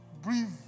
Breathe